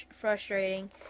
frustrating